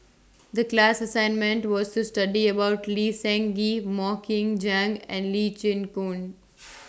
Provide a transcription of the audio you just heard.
The class assignment was to study about Lee Seng Gee Mok Ying Jang and Lee Chin Koon